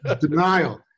Denial